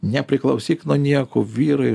nepriklausyk nuo nieko vyrai